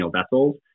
vessels